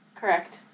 Correct